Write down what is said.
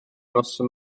noson